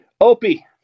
Opie